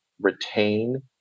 retain